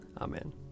Amen